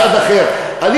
מצד אחר: אני